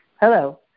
Hello